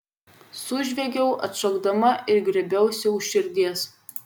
sužviegiau atšokdama ir griebiausi už širdies